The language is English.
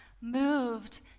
moved